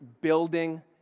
building